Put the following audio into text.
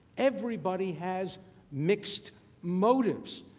everybody has mixed motives.